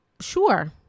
Sure